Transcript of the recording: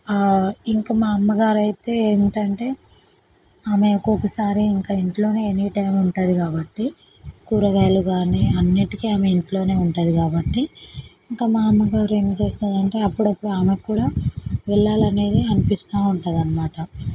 ఇంకా మా అమ్మగారు అయితే ఏంటంటే ఆమె ఒక్కొక్కసారి ఆమె ఇంట్లోనే ఎనీటైమ్ ఉంటుంది కాబట్టి కూరగాయలు కానీ అన్నింటికీ ఆమె ఇంట్లోనే ఉంటుంది కాబట్టి ఇంకా మా అమ్మగారు ఏం చేస్తారంటే అప్పుడప్పుడూ ఆమెకి కూడా వెళ్ళాలి అనేదే అనిపిస్తూ ఉంటుందన్నమాట